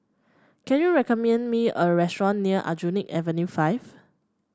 can you recommend me a restaurant near Aljunied Avenue Five